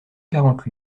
quarante